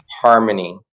harmony